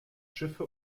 schiffe